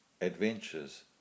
adventures